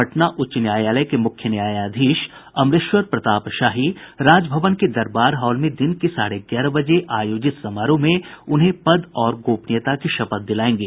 पटना उच्च न्यायालय के मुख्य न्यायाधीश अमरेश्वर प्रताप शाही राजभवन के दरबार हॉल में दिन के साढ़े ग्यारह बजे आयोजित समारोह में उन्हें पद और गोपनीयता की शपथ दिलाएंगे